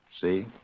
See